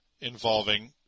involving